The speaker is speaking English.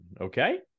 Okay